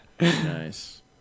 Nice